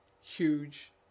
huge